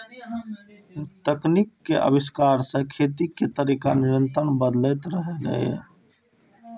तकनीक के आविष्कार सं खेती के तरीका निरंतर बदलैत रहलैए